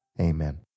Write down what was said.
amen